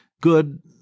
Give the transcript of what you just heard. good